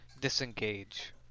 disengage